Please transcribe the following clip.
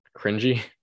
cringy